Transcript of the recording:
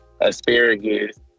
asparagus